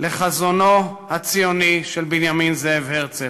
לחזונו הציוני של בנימין זאב הרצל.